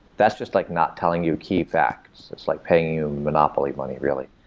that's just like not telling you key facts. that's like paying you monopoly money, really.